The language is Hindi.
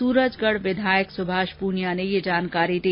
सूरजगढ़ विधायक सुभाष प्रनिया ने ये जानकारी दी